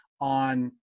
on